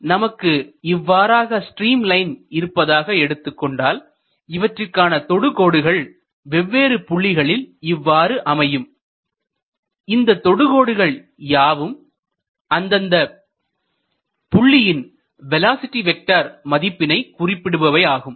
இப்பொழுது நமக்கு இவ்வாறாக ஸ்ட்ரீம் லைன் இருப்பதாக எடுத்துக்கொண்டால் இவற்றிற்கான தொடுகோடுகள் வெவ்வேறு புள்ளிகளில் இவ்வாறு அமையும் இந்த தொடுகோடுகள் யாவும் அந்தந்தப் புள்ளியின் வேலோஸிட்டி வெக்டர் மதிப்பினை குறிப்பவை ஆகும்